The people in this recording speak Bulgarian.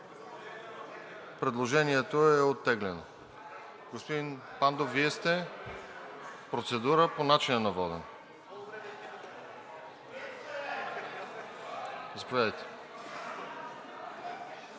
Предложението е оттеглено. Господин Пандов, Вие сте за процедура по начина на водене. Заповядайте.